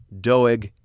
Doeg